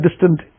distant